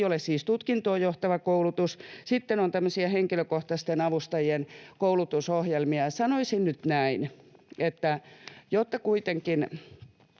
ei ole siis tutkintoon johtava koulutus. Sitten on tämmöisiä henkilökohtaisten avustajien koulutusohjelmia. Sanoisin nyt näin, että jotta kuitenkin